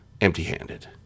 empty-handed